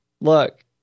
look